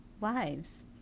lives